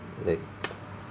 like